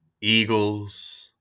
Eagles